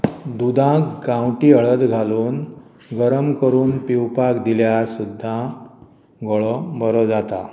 दुदांक गांवटी हळद घालून गरम करुन पिवपाक दिल्यार सुद्दां गळो बरो जाता